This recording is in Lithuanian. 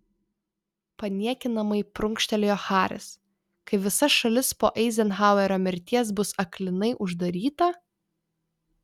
paniekinamai prunkštelėjo haris kai visa šalis po eizenhauerio mirties bus aklinai uždaryta